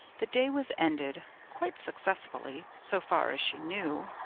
the day was ended quite successfully, so far as she knew.